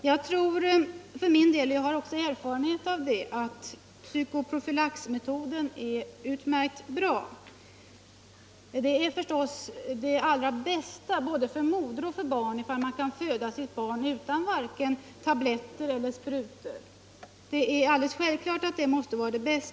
Jag tror att psykoprofylaxmetoden — jag har erfarenhet av den — är utmärkt. Det bästa för både moder och barn är naturligtvis, om man kan föda sitt barn utan vare sig tabletter eller sprutor.